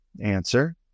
Answer